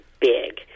big